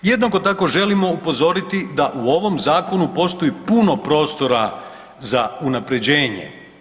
Jednako tako želimo upozoriti da u ovom zakonu postoji puno prostora za unaprjeđenje.